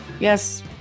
Yes